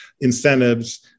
incentives